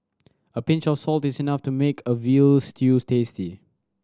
a pinch of salt is enough to make a veal stew tasty